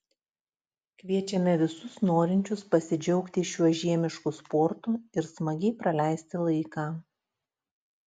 kviečiame visus norinčius pasidžiaugti šiuo žiemišku sportu ir smagiai praleisti laiką